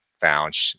found